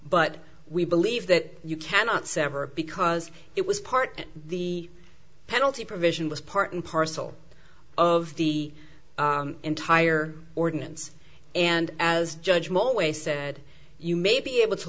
but we believe that you cannot sever because it was part of the penalty provision was part and parcel of the entire ordinance and as judge moore always said you may be able to